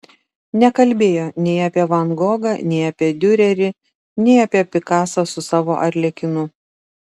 nekalbėjo nei apie van gogą nei apie diurerį nei apie pikasą su savo arlekinu